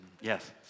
Yes